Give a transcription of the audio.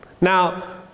now